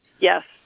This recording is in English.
Yes